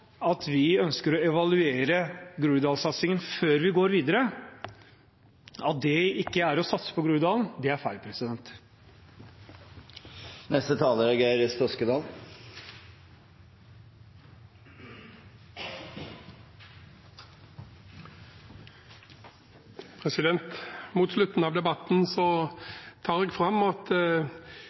at vi ønsker å evaluere groruddalsatsingen før vi går videre, ikke er å satse på Groruddalen, er feil. Representanten Geir S. Toskedal har hatt ordet to ganger tidligere og får ordet til en kort merknad, begrenset til 1 minutt. Mot slutten av debatten trekker jeg fram at